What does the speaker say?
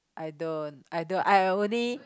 I don't I don't I only